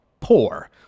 poor